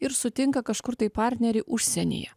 ir sutinka kažkur tai partnerį užsienyje